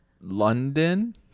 London